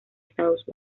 estados